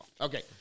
Okay